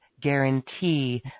guarantee